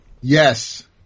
Yes